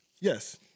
Yes